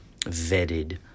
vetted